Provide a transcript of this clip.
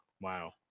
wow